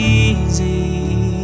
easy